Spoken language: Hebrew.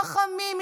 חכמים,